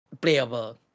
Playable